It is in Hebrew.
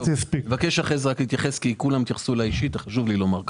אבקש אחרי כן להתייחס כי כולם התייחסו אליי אישית וחשוב לי לומר.